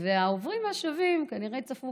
והעוברים והשבים כנראה כבר צפו